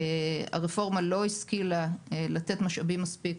הרפורמה לא השכילה לתת משאבים מספיק